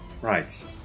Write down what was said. Right